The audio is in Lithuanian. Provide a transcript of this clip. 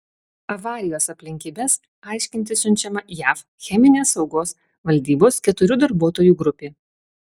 avarijos aplinkybes aiškintis siunčiama jav cheminės saugos valdybos keturių darbuotojų grupė